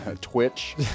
Twitch